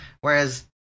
Whereas